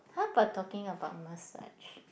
how about talking about massage